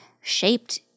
shaped